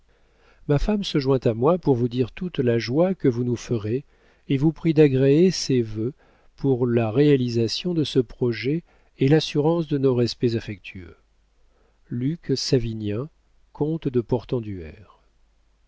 ma femme se joint à moi pour vous dire toute la joie que vous nous ferez et vous prie d'agréer ses vœux pour la réalisation de ce projet et l'assurance de nos respects affectueux luc savinien